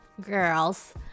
girls